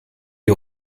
die